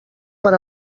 per